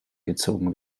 gezogen